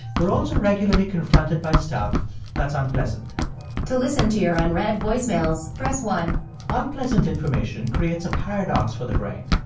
we're also regularly confronted by stuff that's unpleasant to listen to your unread voicemails, press one unpleasant information creates a paradox for the brain.